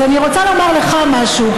אז אני רוצה לומר לך משהו,